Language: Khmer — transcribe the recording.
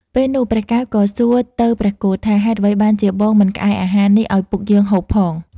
ពេលនោះព្រះកែវក៏សួរទៅព្រះគោថា ហេតុអ្វីបានជាបងមិនក្អែអាហារនេះឲ្យពុកយើងហូបផង?